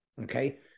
Okay